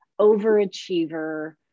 overachiever